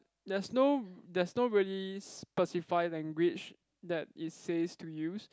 there's no there's no really specify language that it says to use